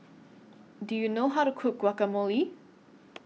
Do YOU know How to Cook Guacamole